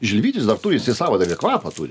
žilvitis dar turi jisai savo dar ir kvapą turi